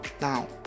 now